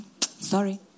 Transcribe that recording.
sorry